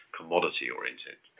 commodity-oriented